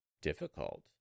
difficult